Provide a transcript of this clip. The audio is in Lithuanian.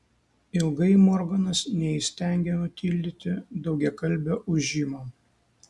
ilgai morganas neįstengė nutildyti daugiakalbio ūžimo